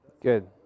Good